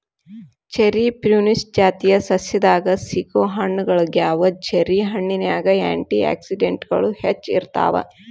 cherry prunus ಜಾತಿಯ ಸಸ್ಯದಾಗ ಸಿಗೋ ಹಣ್ಣುಗಳಗ್ಯಾವ, ಚೆರಿ ಹಣ್ಣಿನ್ಯಾಗ ಆ್ಯಂಟಿ ಆಕ್ಸಿಡೆಂಟ್ಗಳು ಹೆಚ್ಚ ಇರ್ತಾವ